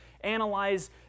analyze